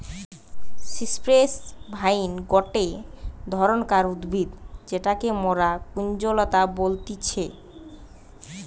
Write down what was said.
cypress vine গটে ধরণকার উদ্ভিদ যেটাকে মরা কুঞ্জলতা বলতিছে